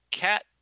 cat